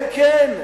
כן, כן,